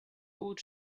old